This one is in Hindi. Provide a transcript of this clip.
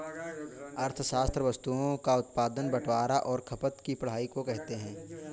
अर्थशास्त्र वस्तुओं का उत्पादन बटवारां और खपत की पढ़ाई को कहते हैं